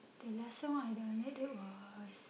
the last song I had a lit that was